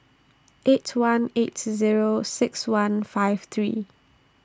eight one eight Zero six one five three